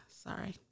Sorry